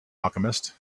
alchemist